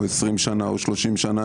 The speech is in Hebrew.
20 שנה או 30 שנה,